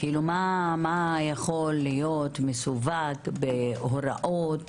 מה יכול להיות מסווג בהוראות